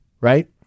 right